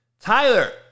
tyler